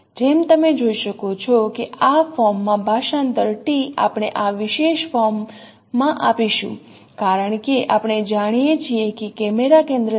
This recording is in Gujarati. જેમ તમે જોઈ શકો છો કે આ ફોર્મ માં ભાષાંતર t આપણે આ વિશેષ ફોર્મ માં આપીશું કારણ કે આપણે જાણીએ છીએ કે કેમેરા કેન્દ્ર c'